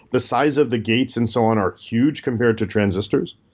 the size of the gates and so on are huge compared to transistors.